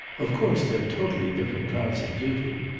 of course they're totally different kinds of duty.